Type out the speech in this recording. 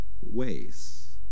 ways